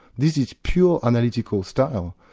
this is pure analytical style,